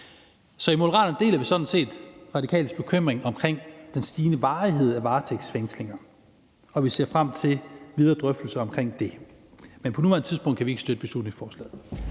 Så i Moderaterne deler vi sådan set Radikales bekymring omkring den stigende varighed af varetægtsfængslinger, og vi ser frem til videre drøftelser omkring det. Men på nuværende tidspunkt kan vi ikke støtte beslutningsforslaget.